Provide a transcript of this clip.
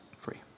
free